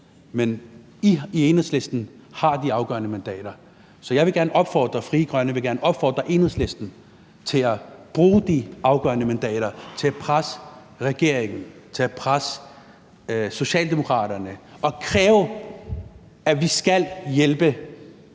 men I i Enhedslisten har de afgørende mandater. Så Frie Grønne vil gerne opfordre Enhedslisten til at bruge de afgørende mandater til at presse regeringen, til at presse Socialdemokraterne – og kræve, at vi skal hjælpe